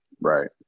Right